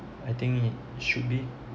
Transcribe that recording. I think it should be